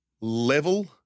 level